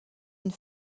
une